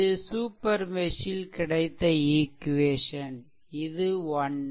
இதுதான் super mesh ல் கிடைத்த ஈக்வேஷன் இது 1